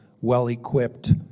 well-equipped